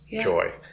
joy